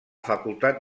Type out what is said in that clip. facultat